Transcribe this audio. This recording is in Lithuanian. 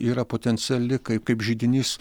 yra potenciali kaip kaip židinys